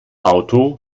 auto